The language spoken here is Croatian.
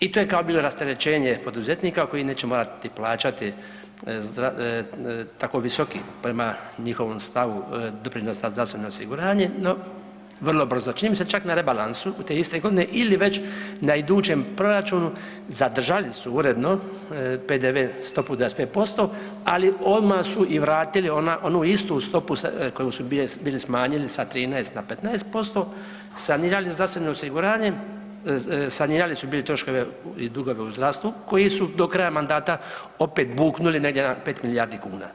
I to je kao bio rasterećenje poduzetnika koji neće morati plaćati tako visoki, prema njihovom stavu doprinos na zdravstveno osiguranje, no, vrlo brzo, čini mi se čak na rebalansu te iste godine, ili već na idućem proračunu zadržali su uredno PDV stopu 25%, ali odmah su i vratili onu istu stopu koju su bili smanjili na 13 na 15%, sanirali zdravstveno osiguranje, sanirali su bili troškove i dugove u zdravstvu koji su do kraja mandata opet buknuli negdje na 5 milijardi kuna.